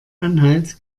anhalt